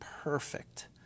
perfect